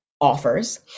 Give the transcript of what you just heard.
offers